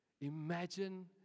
Imagine